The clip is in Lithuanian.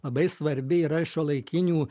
labai svarbi yra šiuolaikinių